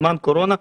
בזמן הקורונה,